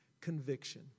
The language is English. conviction